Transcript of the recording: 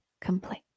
complete